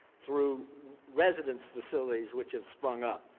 through residence facilities which have sprung up,